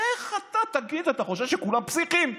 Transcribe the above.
איך אתה, תגיד, אתה חושב שכולם פסיכים?